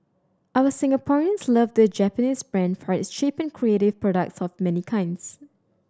our Singaporeans love the Japanese brand for its cheap and creative products of many kinds